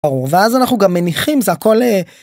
ואז אנחנו גם מניחים זה הכל.